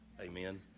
Amen